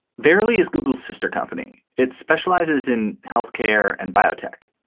verilli is google's sister company. it specializes in health care and biotech.